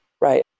Right